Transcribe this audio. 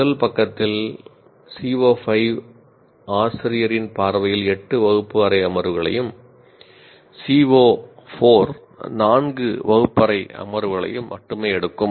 முதல் பக்கத்தில் CO5 ஆசிரியரின் பார்வையில் 8 வகுப்பு அறை அமர்வுகளையும் CO4 4 அமர்வுகளையும் மட்டுமே எடுக்கும்